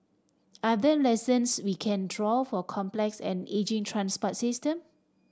are there lessons we can draw for complex and ageing transport system